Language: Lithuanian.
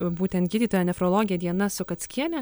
būtent gydytoja nefrologė diana sukackienė